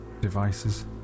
...devices